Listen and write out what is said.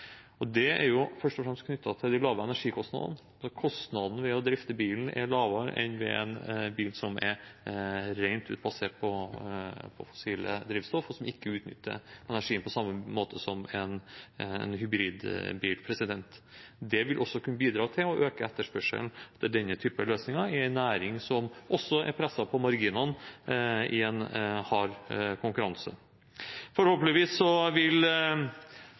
Det er først og fremst knyttet til de lave energikostnadene, for kostnadene ved å drifte bilen er lavere enn kostnadene ved en bil som er helt basert på fossile drivstoff, og som ikke utnytter energien på samme måte som en hybridbil. Det vil også kunne bidra til å øke etterspørselen etter denne typen løsninger, i en næring som også er presset på marginene i en hard konkurranse. Forhåpentligvis vil